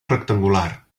rectangular